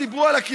תודה רבה.